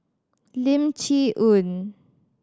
Lim Chee Onn